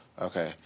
Okay